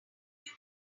let